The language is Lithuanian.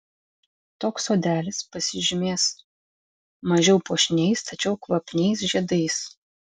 toks sodelis pasižymės mažiau puošniais tačiau kvapniais žiedais